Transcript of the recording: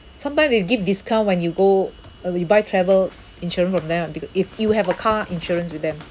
sometime they will give discount when you go uh when you buy travel insurance from them ah beca~ if you have a car insurance with them